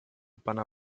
pana